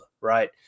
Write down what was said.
right